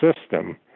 system